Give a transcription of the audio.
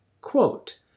quote